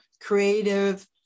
creative